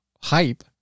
hype